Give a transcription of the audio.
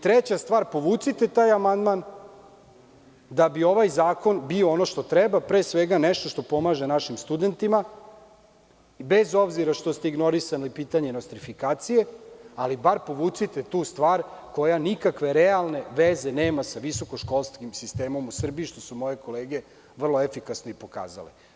Treća stvar, povucite taj amandman da bi ovaj zakon bio ono što treba, pre svega nešto što pomaže našim studentima, bez obzira što ste ignorisali pitanje nostrifikacije, ali bar povucite tu stvar koja nikakve realne veze nema sa visokoškolskim sistemom u Srbiji, što su moje kolege vrlo efikasno i pokazale.